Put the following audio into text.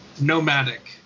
nomadic